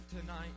tonight